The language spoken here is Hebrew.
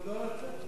הוא לא רצה.